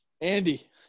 Andy